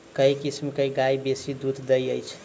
केँ किसिम केँ गाय बेसी दुध दइ अछि?